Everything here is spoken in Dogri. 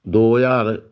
दो ज्हार